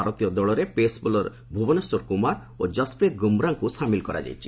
ଭାରତୀୟ ଦଳରେ pace bowler Bhubaneswar Kumar ଓ ଯସ୍ପ୍ରୀତି ଗୁମ୍ରାଙ୍କୁ ସାମିଲ କରାଯାଇଛି